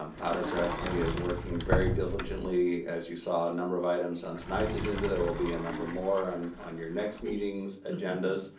um ara zareczny is working very diligently, as you saw a number of items on tonight's agenda, there will be a number more on on your next meeting's agendas.